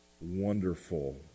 wonderful